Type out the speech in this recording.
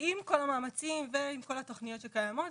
כל המאמצים וכל התוכניות שקיימות,